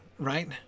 right